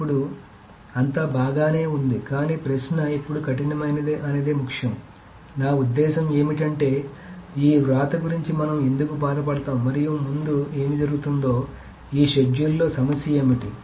ఇప్పుడు అంతా బాగానే ఉంది కానీ ప్రశ్న ఎందుకు కఠినమైనది అనేది ముఖ్యం నా ఉద్దేశ్యం ఏమిటంటే ఈ వ్రాత గురించి మనం ఎందుకు బాధపడతాము మరియు ముందు ఏమి జరుగుతుందో ఈ షెడ్యూల్లో సమస్య ఏమిటి